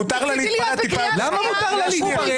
מותר לה להתפרץ טיפה --- למה מותר לה להתפרץ?